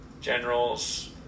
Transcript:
Generals